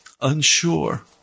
unsure